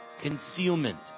concealment